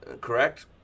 correct